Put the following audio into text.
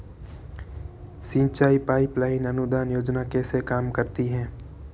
सिंचाई pipeline अनुदान योजना कैसे काम करती है?